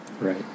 Right